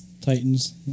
Titans